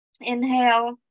Inhale